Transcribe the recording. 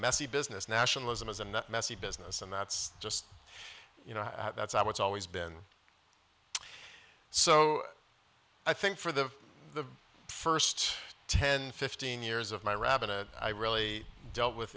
messy business nationalism is a messy business and that's just you know that's what's always been so i think for the the first ten fifteen years of my robin and i really dealt with